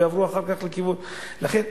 לכן,